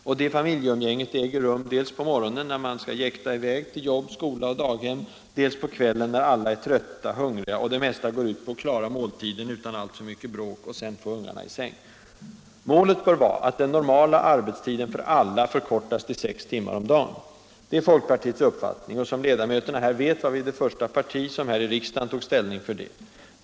Och det familjeumgänget äger rum dels på morgonen — när man skall jäkta i väg till jobb, skola och daghem -— dels på kvällen, när alla är trötta, hungriga och det mesta går ut på att klara måltiden utan alltför mycket bråk och sedan få ungarna i säng. Målet bör vara att den normala arbetstiden för alla förkortas till sex timmar om dagen. Det är folkpartiets uppfattning, och som ledamöterna vet var vi det första parti som här i riksdagen tog ställning för det.